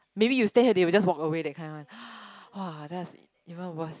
maybe you stay here they will just walk away that kind one !wah! that's even worse